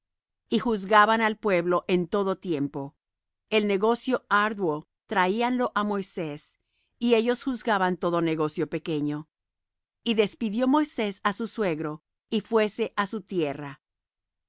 y juzgaban al pueblo en todo tiempo el negocio árduo traíanlo á moisés y ellos juzgaban todo negocio pequeño y despidió moisés á su suegro y fuése á su tierra